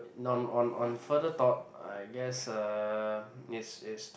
on on on further thought I guess uh is is to